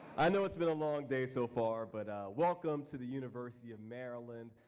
i know it's been a long day so far, but welcome to the university of maryland.